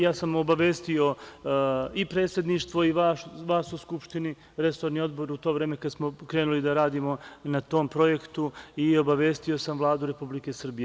Ja sam obavestio i Predsedništvo i vas u Skupštini, resorni Odbor u to vreme kada smo krenuli da radimo na tom projektu i obavestio sam Vladu Republike Srbije.